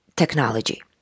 technology